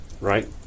Right